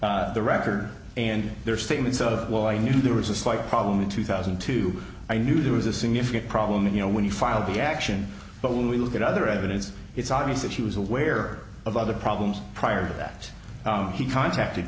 at the writer and there are statements of well i knew there was a slight problem in two thousand and two i knew there was a significant problem you know when you filed the action but when we look at other evidence it's obvious that she was aware of other problems prior to that he contacted